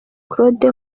claude